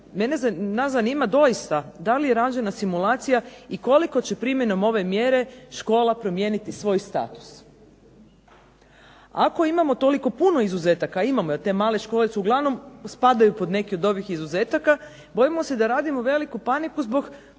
nas zanima doista da li je rađena simulacija i koliko će primjenom ove mjere škola promijeniti svoj status? Ako imamo toliko puno izuzetaka, a imamo jer te male škole uglavnom spadaju pod neki od ovih izuzetaka bojimo se da radimo veliku paniku zbog